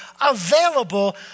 available